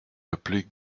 appelés